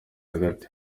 hagati